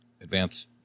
Advance